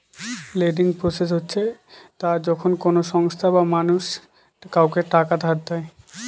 lending process হচ্ছে তা যখন কোনো সংস্থা বা মানুষ কাউকে টাকা ধার দেয়